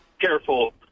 careful